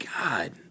God